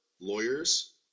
lawyers